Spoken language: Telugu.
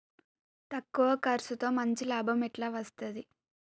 తక్కువ కర్సుతో మంచి లాభం ఎట్ల అస్తది?